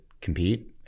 compete